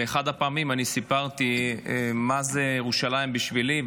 באחת הפעמים אני סיפרתי מה זה ירושלים בשבילי,